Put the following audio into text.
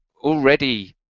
already